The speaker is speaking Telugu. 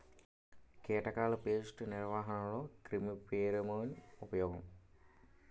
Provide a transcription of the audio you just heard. కీటకాల పేస్ట్ నిర్వహణలో క్రిమి ఫెరోమోన్ ఉపయోగం